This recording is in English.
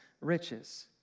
riches